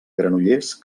granollers